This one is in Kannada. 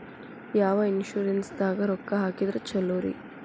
ಯಾವ ಇನ್ಶೂರೆನ್ಸ್ ದಾಗ ರೊಕ್ಕ ಹಾಕಿದ್ರ ಛಲೋರಿ?